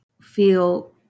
feel